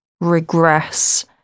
regress